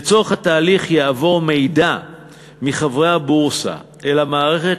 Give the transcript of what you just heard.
לצורך התהליך יעבור מידע מחברי הבורסה אל המערכת,